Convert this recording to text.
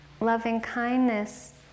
Loving-kindness